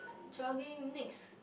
jogging next